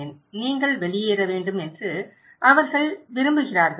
நீங்கள் வெளியேற வேண்டும் என்று அவர்கள் விரும்புகிறார்கள்